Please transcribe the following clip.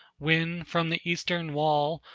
when from the eastern wall,